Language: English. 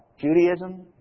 Judaism